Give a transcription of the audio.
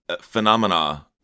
phenomena